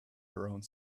around